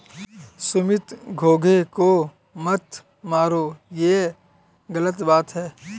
सुमित घोंघे को मत मारो, ये गलत बात है